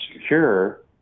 secure